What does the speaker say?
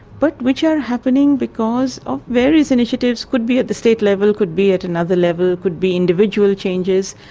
but which are happening because of various initiatives, could be at the state level, could be at another level, could be individual changes.